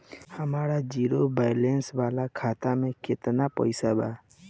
हमार zero balance वाला खाता में केतना पईसा बा?